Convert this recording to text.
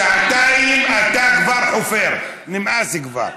שעתיים אתה כבר חופר, נמאס כבר.